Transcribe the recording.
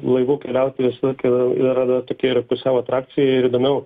laivu keliauti visokia yra dar yra tokia yra pusiau atrakcija ir įdomiau